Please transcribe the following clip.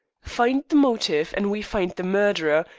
find the motive and we find the murderer,